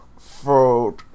Food